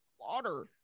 Water